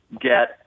get